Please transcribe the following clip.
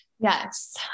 Yes